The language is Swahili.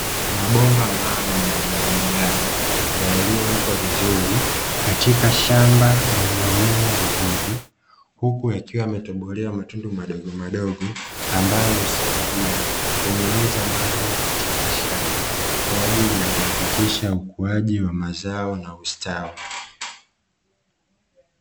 Mabomba maalumu ya umwagiliaji yaliyowekwa vizuri katika shamba lililomea vizuri, huku yakiwa yametobolewa matundu madogomadogo ambayo husaidia kunyunyiza maji katika shamba kwa ajili ya kuhakikisha ukuaji wa mazao na ustawi.